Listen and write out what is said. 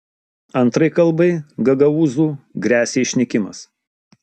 antrai kalbai gagaūzų gresia išnykimas